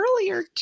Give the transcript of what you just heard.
earlier